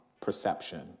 perception